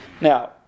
Now